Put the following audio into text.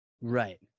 right